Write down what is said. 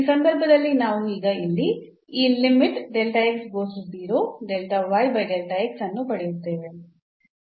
ಈ ಸಂದರ್ಭದಲ್ಲಿ ನಾವು ಈಗ ಇಲ್ಲಿ ಈ ಅನ್ನು ಪಡೆಯುತ್ತೇವೆ